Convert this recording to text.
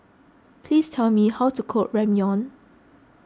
please tell me how to cook Ramyeon